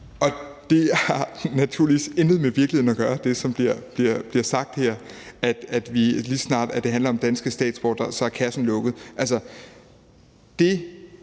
sagt her, har naturligvis intet med virkeligheden at gøre, altså at lige så snart det handler om danske statsborgere, er kassen lukket.